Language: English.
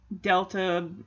Delta